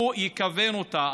הוא יכוון אותה,